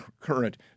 current